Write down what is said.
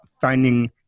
finding